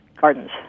gardens